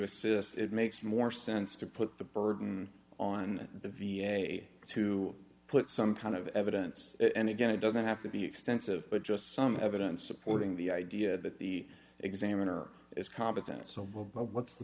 assist it makes more sense to put the burden on the v a to put some kind of evidence and again it doesn't have to be extensive but just some evidence supporting the idea that the examiner is competent so what's the